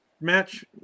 match